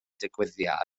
digwyddiad